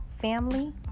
family